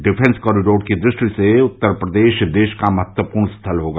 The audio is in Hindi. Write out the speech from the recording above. डिफ्रेंस कॉरिडोर की दृष्टि से उत्तर प्रदेश देश का महत्वपूर्ण स्थल होगा